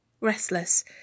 Restless